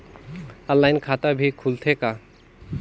Online खाता भी खुलथे का?